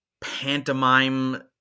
pantomime